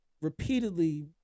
repeatedly